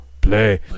play